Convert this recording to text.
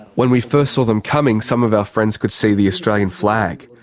when we first saw them coming, some of our friends could see the australian flag.